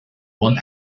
one